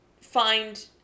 find